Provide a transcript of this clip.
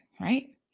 right